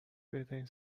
بهترین